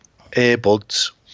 earbuds